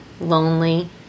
lonely